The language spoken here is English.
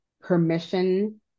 permission